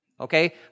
okay